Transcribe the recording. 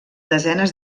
desenes